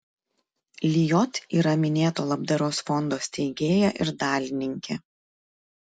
lijot yra minėto labdaros fondo steigėja ir dalininkė